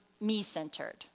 me-centered